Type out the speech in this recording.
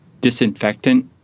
disinfectant